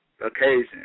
occasion